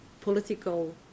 political